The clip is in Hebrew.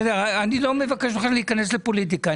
אני לא מבקש ממך להיכנס לפוליטיקה.